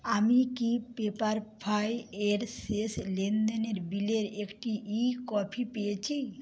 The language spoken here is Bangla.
আমি কি পেপারফ্রাই এর শেষ লেনদেনের বিলের একটি ই কপি পেয়েছি